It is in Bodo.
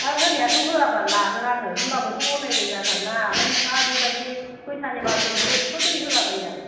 बाद होनायाथ' होया बाल लागोन आङो होनबाबोथ' अननायद्राय जाथारोना ओमफ्राय नोंहा बेबायदि फैसानि मालखौ बिदि एथ्त' दै होला बायो आरो